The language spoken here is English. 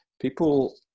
people